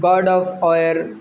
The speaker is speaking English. god of war